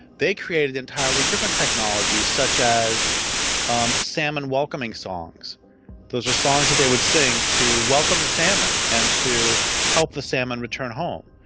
they created entirely different technologies, such as um salmon welcoming songs those were songs that they would sing to welcome the salmon and to help the salmon return home.